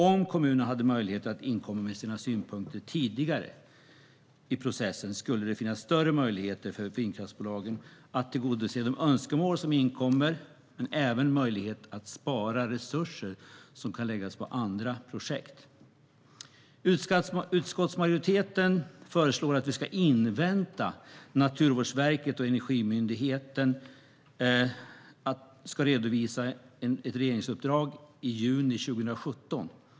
Om kommunerna hade möjlighet att inkomma med sina synpunkter tidigare i processen skulle det finnas större möjligheter för vindkraftsbolagen att tillgodose de önskemål som inkommer men även möjligheter att spara resurser som kan läggas på andra projekt. Utskottsmajoriteten föreslår att vi ska invänta att Naturvårdsverket och Energimyndigheten ska redovisa ett regeringsuppdrag i juni 2017.